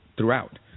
Throughout